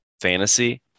fantasy